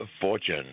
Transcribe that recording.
fortune